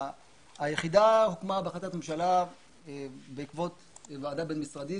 היחידה הוקמה בהחלטת ממשלה בעקבות ועדה בין-משרדית